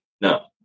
No